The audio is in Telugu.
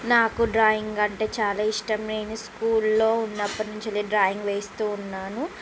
నాకు డ్రాయింగ్ అంటే చాలా ఇష్టం నేను స్కూల్లో ఉన్నప్పట్నుంచెల్లి డ్రాయింగ్ వేస్తూ ఉన్నాను